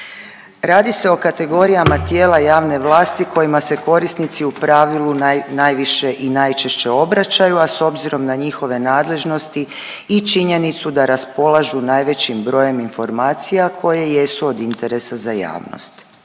Radi se o kategorijama tijela javne vlasti kojima se korisnici u pravilu najviše i najčešće obraćaju, a s obzirom na njihove nadležnosti i činjenicu da raspolažu najvećim brojem informacija koje jesu od interesa za javnost.